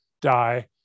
die